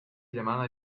llamada